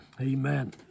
Amen